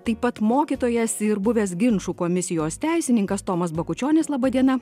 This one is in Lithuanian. taip pat mokytojas ir buvęs ginčų komisijos teisininkas tomas bakučionis laba diena